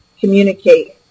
communicate